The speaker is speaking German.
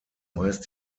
meist